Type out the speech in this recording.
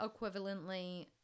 equivalently